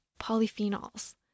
polyphenols